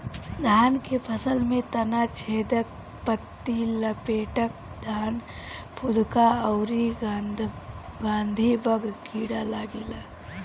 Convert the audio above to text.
धान के फसल में तना छेदक, पत्ति लपेटक, धान फुदका अउरी गंधीबग कीड़ा लागेला